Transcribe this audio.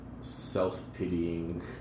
self-pitying